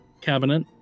cabinet